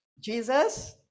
jesus